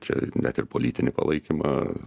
čia net ir politinį palaikymą